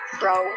bro